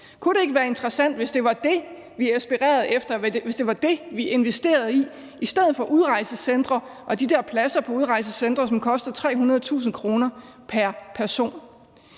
Kunne det ikke være interessant, hvis det var det, vi aspirerede til og investerede i i stedet for udrejsecentre og de der pladser på udrejsecentre, som koster 300.000 kr. pr. person?